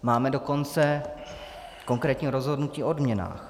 Máme dokonce konkrétní rozhodnutí o odměnách.